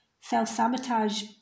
self-sabotage